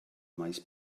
maes